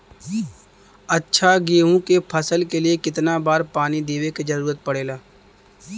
अच्छा गेहूँ क फसल के लिए कितना बार पानी देवे क जरूरत पड़ेला?